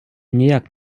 ніяк